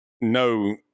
no